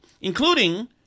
including